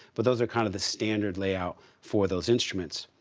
but those are kind of the standard layout for those instruments.